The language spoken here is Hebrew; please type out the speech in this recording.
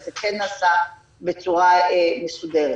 וזה כן נעשה בצורה מסודרת.